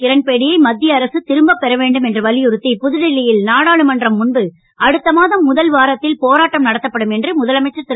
கிரண்பேடியை மத்திய அரசு திரும்பப்பெற வேண்டும் என்று வலியுறுத்தி புதுடில்லி யில் நாடாளுமன்றம் முன்பு அடுத்த மாதம் முதல் வாரத்தில் போராட்டம் நடத்தப்படும் என்று முதலமைச்சர் திரு